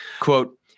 quote